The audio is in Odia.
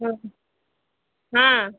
ହଁ ହଁ